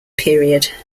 period